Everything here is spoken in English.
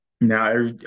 now